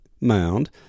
mound